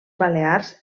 balears